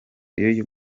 y’uyu